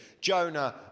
Jonah